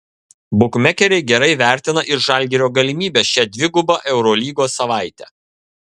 bukmekeriai gerai vertina ir žalgirio galimybes šią dvigubą eurolygos savaitę